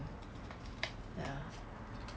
ya